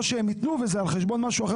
או שהם יתנו וזה יהיה על חשבון משהו אחר